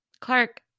Clark